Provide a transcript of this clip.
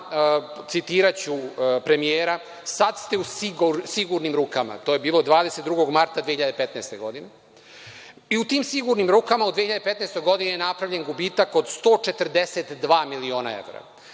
citiraću premijera – sad ste u sigurnim rukama. To je bilo 22. marta 2015. godine. I u tim sigurnim rukama u 2015. godini je napravljen gubitak od 142 miliona evra.